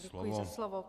Děkuji za slovo.